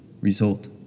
Result